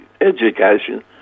education